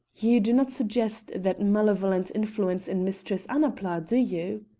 you do not suggest that malevolent influence in mistress annapla, do you?